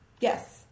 Yes